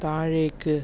താഴേക്ക്